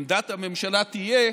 עמדת הממשלה תהיה